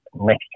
Next